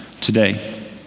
today